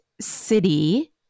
city